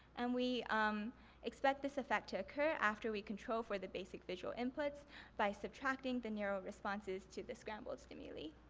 and we um expect this effect to occur after we control for the basic visual inputs by subtracting the neural responses to the scrambled stimuli.